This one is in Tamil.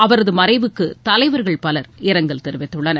அவரது மறைவுக்கு தலைவர்கள் பலர் இரங்கல் தெரிவித்துள்ளனர்